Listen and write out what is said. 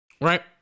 right